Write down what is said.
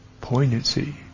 poignancy